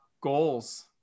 goals